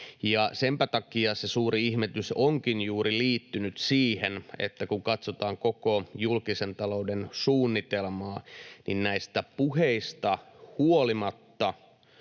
senpä takia suuri ihmetys onkin liittynyt juuri siihen, että kun katsotaan koko julkisen talouden suunnitelmaa, niin näistä puheista huolimatta